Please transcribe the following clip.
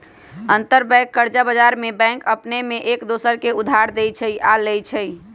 अंतरबैंक कर्जा बजार में बैंक अपने में एक दोसर के उधार देँइ छइ आऽ लेइ छइ